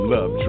Love